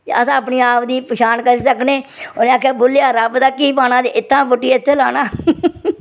ते अस अपने आप दी पछान करी सकने उनें आखेआ भुल्लेआ रब दा की पाना ते इत्थां पुट्टियै इत्थां लाना